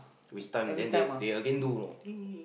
waste time then then they again do you know